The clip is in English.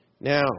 Now